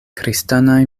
kristanaj